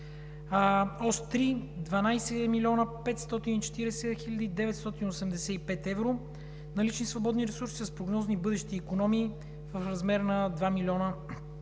Ос 3 – 12 млн. 540 хил. 985 евро налични свободни ресурси с прогнозни бъдещи икономии в размер на 2 млн.